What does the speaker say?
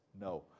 No